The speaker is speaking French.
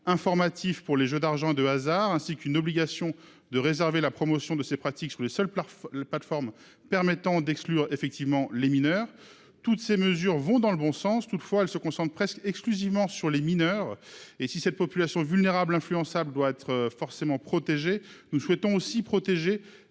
informatif pour les jeux d'argent et de hasard. Elle oblige aussi à réserver la promotion de ces pratiques aux seules plateformes permettant d'exclure effectivement les mineurs. Toutes ces mesures vont dans le bon sens. Toutefois, elles se concentrent presque exclusivement sur les mineurs. Si cette population vulnérable, influençable, doit être protégée, nous souhaitons aussi protéger